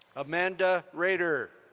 amanda raider.